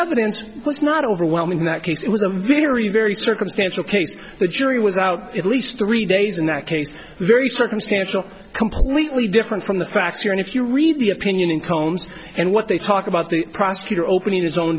evidence was not overwhelming in that case it was a very very circumstantial case the jury was out at least three days in that case very circumstantial completely different from the facts here and if you read the opinion in combs and what they talk about the prosecutor opening his own